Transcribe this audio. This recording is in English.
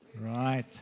Right